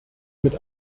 mit